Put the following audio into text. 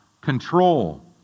control